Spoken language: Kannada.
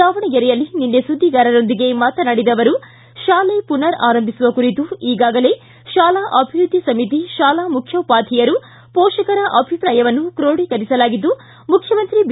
ದಾವಣಗೆರೆಯಲ್ಲಿ ನಿನ್ನೆ ಸುದ್ದಿಗಾರರೊಂದಿಗೆ ಮಾತನಾಡಿದ ಅವರು ಶಾಲೆ ಪುನರ್ ಆರಂಭಿಸುವ ಕುರಿತು ಈಗಾಗಲೇ ಶಾಲಾ ಅಭಿವೃದ್ದಿ ಸಮಿತಿ ಶಾಲಾ ಮುಖ್ಯೋಪಾಧ್ವಾಯರು ಪೋಷಕರ ಅಭಿಪ್ರಾಯವನ್ನು ಕ್ರೊಡಿಕರಿಸಲಾಗಿದ್ದು ಮುಖ್ಯಮಂತ್ರಿ ಬಿ